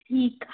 ठीकु आहे